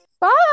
bye